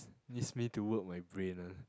needs me to work my brain ah